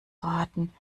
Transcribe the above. raten